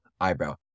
eyebrow